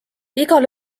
igal